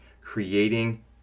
creating